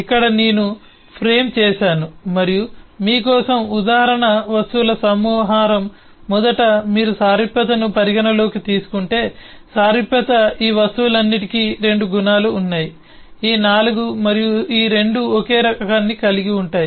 ఇక్కడ నేను ఫ్రేమ్ చేసాను మరియు మీ కోసం ఉదాహరణ వస్తువుల సమాహారం మొదట మీరు సారూప్యతను పరిగణనలోకి తీసుకుంటే సారూప్యత ఈ వస్తువులన్నింటికీ 2 గుణాలు ఉన్నాయి ఈ నాలుగు మరియు ఈ రెండూ ఒకే రకాన్ని కలిగి ఉంటాయి